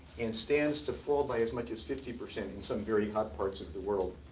and stands to fall by as much as fifty percent in some very hot parts of the world.